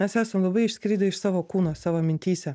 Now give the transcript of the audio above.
mes esam labai išskridę iš savo kūno savo mintyse